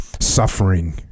suffering